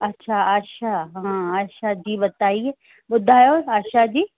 अच्छा आशा हा आशा जी बताइए ॿुधायो आशा जी